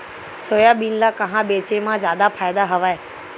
Soybean ल कहां बेचे म जादा फ़ायदा हवय?